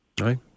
Right